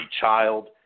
child